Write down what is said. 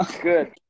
Good